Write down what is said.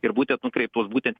ir būtent nukreiptos būtent